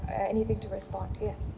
uh anything to respond yes